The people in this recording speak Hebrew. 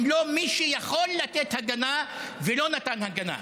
לא מי שיכול לתת הגנה ולא נתן הגנה?